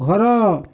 ଘର